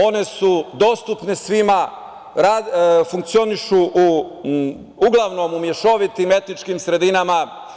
One su dostupne svima, funkcionišu uglavnom u mešovitim etičkim sredinama.